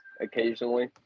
occasionally